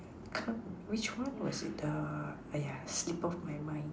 can't which one was it err !aiya! slip off my mind